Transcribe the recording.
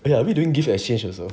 oh ya are we doing gift exchange also